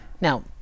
Now